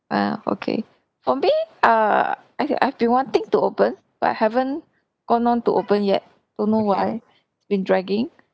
uh okay for me err I've I've been wanting to open but haven't gone on to open yet don't know why has been dragging